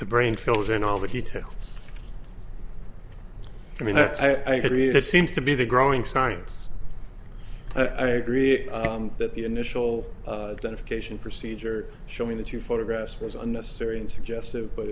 the brain fills in all the details i mean i could read it seems to be the growing science i agree that the initial dedication procedure showing the two photographs was unnecessary and suggestive but